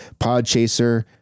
Podchaser